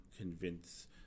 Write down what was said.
convince